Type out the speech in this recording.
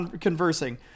conversing